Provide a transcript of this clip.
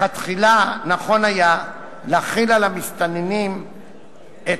לכתחילה נכון היה להחיל על המסתננים את